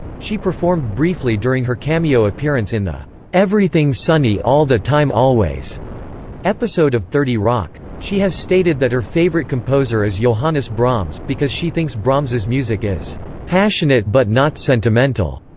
she performed briefly during her cameo appearance in the everything sunny all the time always episode of thirty rock. she has stated that her favorite composer is johannes brahms, because she thinks brahms's music is passionate but not sentimental.